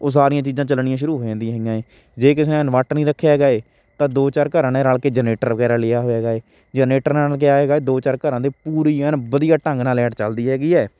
ਉਹ ਸਾਰੀਆਂ ਚੀਜ਼ਾਂ ਚੱਲਣੀਆਂ ਸ਼ੁਰੂ ਹੋ ਜਾਂਦੀਆਂ ਹੈਗੀਆਂ ਏ ਜੇ ਕਿਸੇ ਨੇ ਇਨਵਰਟਰ ਨਹੀਂ ਰੱਖਿਆ ਹੈਗਾ ਏ ਤਾਂ ਦੋ ਚਾਰ ਘਰਾਂ ਨੇ ਰਲ਼ ਕੇ ਜਨਰੇਟਰ ਵਗੈਰਾ ਲਿਆ ਹੋਇਆ ਹੈਗਾ ਏ ਜਨਰੇਟਰ ਨਾਲ ਕਿਆ ਹੈਗਾ ਦੋ ਚਾਰ ਘਰਾਂ ਦੇ ਪੂਰੀ ਐਨ ਵਧੀਆ ਢੰਗ ਨਾਲ ਲਾਇਟ ਚੱਲਦੀ ਹੈਗੀ ਹੈ